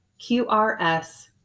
QRS